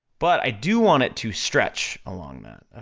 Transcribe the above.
but, i do want it to stretch along that,